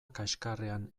kaxkarrean